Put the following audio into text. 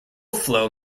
flow